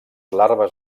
larves